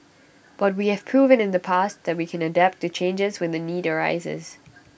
but we have proven in the past that we can adapt to changes when the need arises